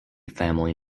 family